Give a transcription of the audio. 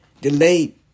Delayed